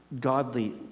godly